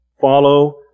Follow